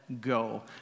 go